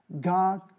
God